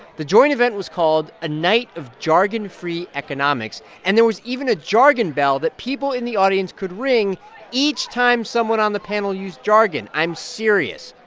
the joint event was called a night of jargon-free economics, and there was even a jargon bell that people in the audience could ring each time someone on the panel used jargon. i'm serious.